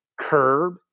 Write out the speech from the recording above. curb